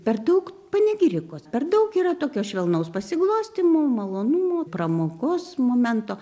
per daug panegirikos per daug yra tokio švelnaus pasiglostymo malonumo pramogos momento